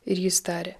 ir jis tarė